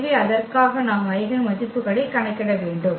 எனவே அதற்காக நாம் ஐகென் மதிப்புகளைக் கணக்கிட வேண்டும்